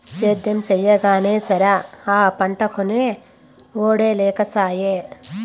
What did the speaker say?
సేద్యం చెయ్యగానే సరా, ఆ పంటకొనే ఒడే లేకసాయే